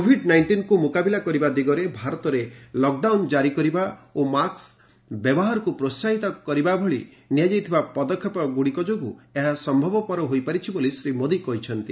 Covid ନାଇଷ୍ଟିନ୍କୁ ମୁକାବିଲା କରିବା ଦିଗରେ ଭାରତରେ ଲକଡାଉନ ଜାରୀ କରିବା ଓ ମାସ୍କ ବ୍ୟବହାରକୁ ପ୍ରୋସାହିତ କରିବା ଭଳି ନେଇଥିବା ପଦକ୍ଷେପଗୁଡ଼ିକ ଲାଗି ଏହା ସମ୍ଭବ ହୋଇପାରିଛି ବୋଲି ଶ୍ରୀ ମୋଦୀ କହିଛନ୍ତି